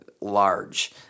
large